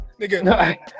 Nigga